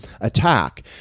attack